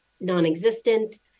non-existent